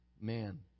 man